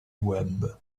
web